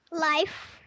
Life